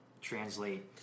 translate